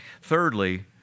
Thirdly